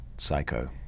psycho